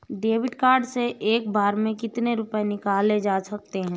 David card से एक बार में कितनी रूपए निकाले जा सकता है?